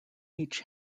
each